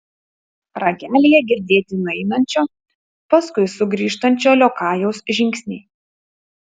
ragelyje girdėti nueinančio paskui sugrįžtančio liokajaus žingsniai